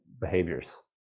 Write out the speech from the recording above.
behaviors